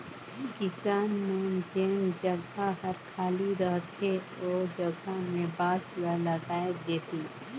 किसान मन जेन जघा हर खाली रहथे ओ जघा में बांस ल लगाय देतिन